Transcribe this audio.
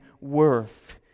worth